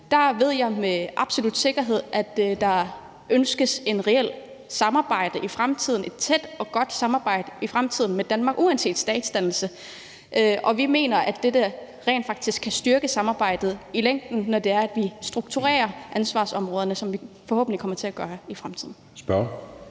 i hvert fald med absolut sikkerhed, at der ønskes et reelt samarbejde i fremtiden, et tæt og godt samarbejde med Danmark i fremtiden – uanset statsdannelse. Og vi mener, at det rent faktisk kan styrke samarbejdet i længden, når det er, at vi strukturerer ansvarsområderne, som vi forhåbentlig kommer til at gøre det i fremtiden. Kl.